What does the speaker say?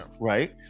right